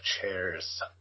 chairs